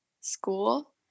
school